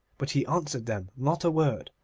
but he answered them not a word,